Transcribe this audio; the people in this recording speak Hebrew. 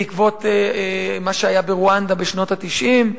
בעקבות מה שהיה ברואנדה בשנות ה-90,